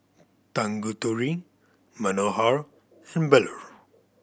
Tanguturi Manohar and Bellur